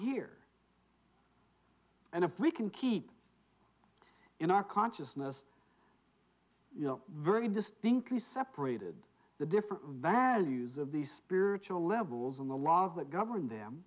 here and if we can keep in our consciousness you know very distinctly separated the different values of these spiritual levels in the laws that govern them